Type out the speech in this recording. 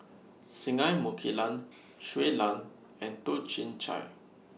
Singai Mukilan Shui Lan and Toh Chin Chye